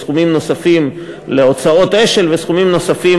סכומים נוספים להוצאות אש"ל וסכומים נוספים